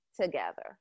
together